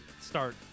start